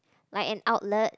like an outlet